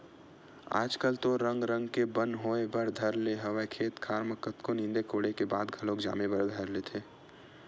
आजकल तो रंग रंग के बन होय बर धर ले हवय खेत खार म कतको नींदे कोड़े के बाद घलोक जामे बर धर लेथे